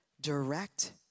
direct